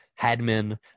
Hadman